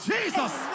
Jesus